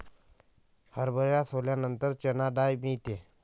हरभरा सोलल्यानंतर चणा डाळ मिळते